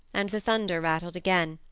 and the thunder rattled again.